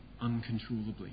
uncontrollably